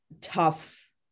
tough